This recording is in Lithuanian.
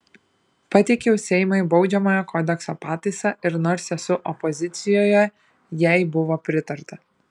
pateikiau seimui baudžiamojo kodekso pataisą ir nors esu opozicijoje jai buvo pritarta